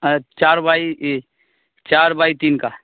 ا چار بائی یہ چار بائی تین کا